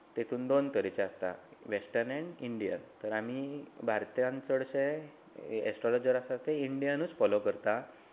तातूंत दोन तरेचे आसता वॅस्टर्न एंड इंडियन आनी भारतीयांक चडशे एस्ट्रोलोजर आसात ते इंडियनूच फॉलो करतात